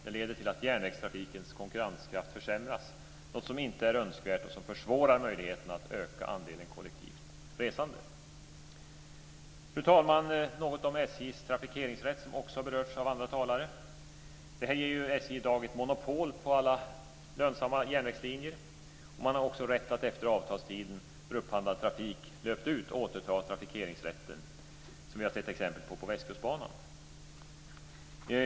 Det leder till att järnvägstrafikens konkurrenskraft försämras, något som inte är önskvärt och som försvårar möjligheterna att öka andelen kollektivt resande. Fru talman! Jag ska säga något om SJ:s trafikeringsrätt som också har berörts av andra talare. Detta ger i dag SJ ett monopol på alla lönsamma järnvägslinjer, och man har också rätt att efter det att avtalstiden för upphandlad trafik löpt ut återta trafikeringsrätten, vilket vi har sett exempel på på Västkustbanan.